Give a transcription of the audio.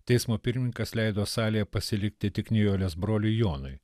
teismo pirmininkas leido salėje pasilikti tik nijolės broliui jonui